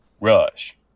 Rush